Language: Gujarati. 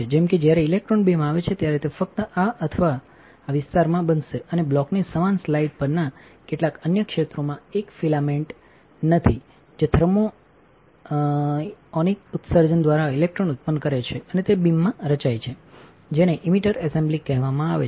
જેમ કે જ્યારે ઇલેક્ટ્રોન બીમ આવે છે ત્યારે તે ફક્ત આ અથવા આ વિસ્તારમાં બનશે અને બ્લોકની સમાન સ્લાઇડ પરના કેટલાક અન્ય ક્ષેત્રમાં એક ફિલામેન્ટ નથી જેથર્મોથર્મિઓનિક ઉત્સર્જનદ્વારા ઇલેક્ટ્રોન ઉત્પન્ન કરે છેઅને તે બીમમાં રચાય છેજેને ઇમિટર એસેમ્બલી કહેવામાં આવે છે